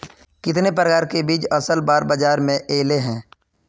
कितने प्रकार के बीज असल बार बाजार में ऐले है?